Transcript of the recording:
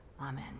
Amen